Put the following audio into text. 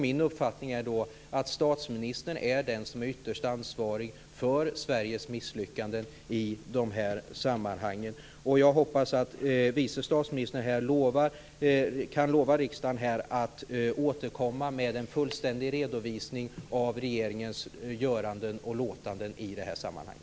Min uppfattning är då att statsministern är den som är ytterst ansvarig för Sveriges misslyckanden i dessa sammanhang. Jag hoppas att vice statsministern här kan lova riksdagen att återkomma med en fullständig redovisning av regeringens göranden och låtanden i detta sammanhang.